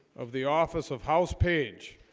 of the office of house page